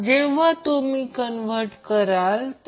तर v m हे peak value आहे